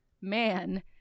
man